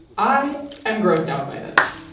i am grossed out by this.